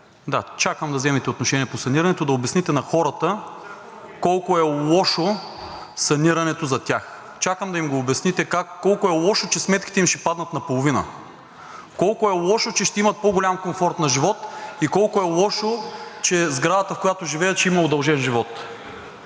Да, чакам да вземете отношение по санирането, да обясните на хората колко е лошо санирането за тях. Чакам да им го обясните – колко е лошо, че сметките им ще паднат наполовина, колко е лошо, че ще имат по-голям комфорт на живот, и колко е лошо, че сградата, в която живеят, ще има удължен живот.